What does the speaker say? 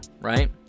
right